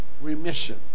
remission